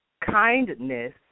kindness